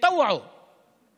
מירושלים בפרט, הם רוצים להתנדב)